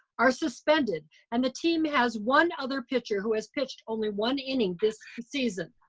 are suspended and the team has one other pitcher who has pitched only one inning this season.